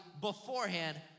beforehand